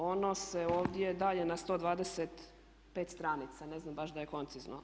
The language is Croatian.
Ono se ovdje daje na 125 stranica, ne znam baš da je koncizno.